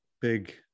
big